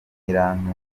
nyiratunga